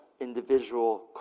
individual